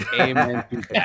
Amen